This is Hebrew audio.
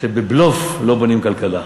שבבלוף לא בונים כלכלה.